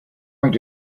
going